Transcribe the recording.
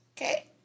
Okay